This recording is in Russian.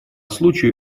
случаю